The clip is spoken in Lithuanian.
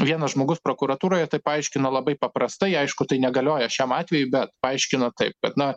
vienas žmogus prokuratūroje tai paaiškino labai paprastai aišku tai negalioja šiam atvejui bet paaiškino taip kad na